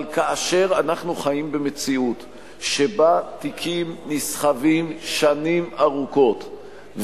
אבל כאשר אנחנו חיים במציאות שבה תיקים נסחבים שנים ארוכות,